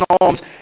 homes